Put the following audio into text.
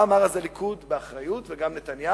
מה אמר אז הליכוד, באחריות, וגם נתניהו?